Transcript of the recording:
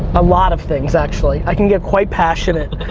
a lot of things, actually, i can get quite passionate,